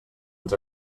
ens